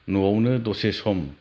न'आवनो दसे सम